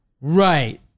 Right